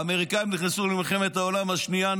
האמריקאים נכנסו למלחמת העולם השנייה.